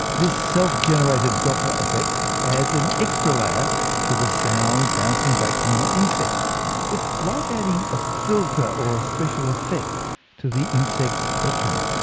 this self-generated doppler effect adds an extra layer to the sound bouncing back from the insect it's like adding a filter or special effect to the insect's echo.